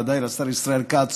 ובוודאי לשר ישראל כץ,